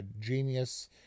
genius